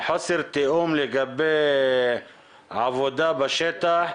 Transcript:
חוסר תיאום לגבי העבודה בשטח.